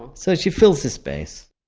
so she fills the space.